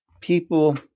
people